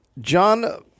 John